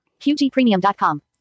QGPremium.com